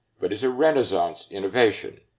but is a renaissance innovation.